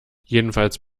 jedenfalls